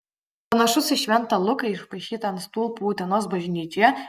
panašus į šventą luką išpaišytą ant stulpų utenos bažnyčioje